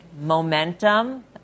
momentum